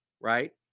right